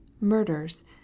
murders